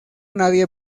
nadie